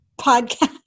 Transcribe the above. podcast